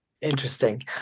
interesting